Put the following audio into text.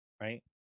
right